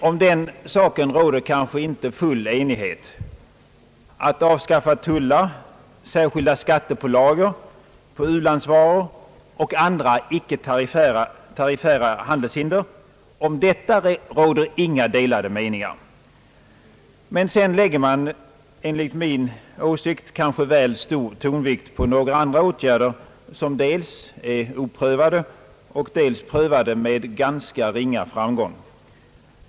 Om den saken råder kanske icke full enighet. Att avskaffa tullar, särskilda skattepålagor på u-landsvaror och andra icke tariffära handelshinder — om detta råder inga delade meningar. Men sedan lägger man enligt min åsikt väl stor tonvikt på några andra åtgärder, som dels är oprövade, dels prövade med föga framgång.